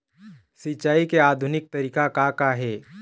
सिचाई के आधुनिक तरीका का का हे?